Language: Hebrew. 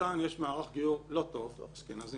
בישראליסטן יש מערך גיור לא טוב של אשכנזים,